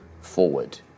forward